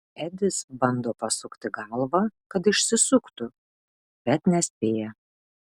edis bando pasukti galvą kad išsisuktų bet nespėja